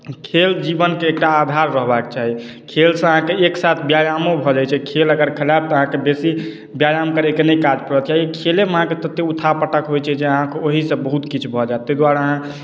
खेल जीवन के एकटा आधार रहबा के चाही खेलसँ अहाँके एक साथ व्यायामो भऽ जाइ छै खेल अगर खेलायब तऽ अहाँके बेसी व्यायाम करै के नहि काज परत किए तऽ खेले मे अहाँके तते उठा पटक होइ छै जे अहाँके ओहिसँ बहुत किछु भऽ जायत ताहि दुआरे अहाँ